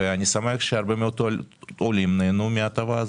אני שמח שהרבה מאוד עולים נהנו מההטבה הזאת.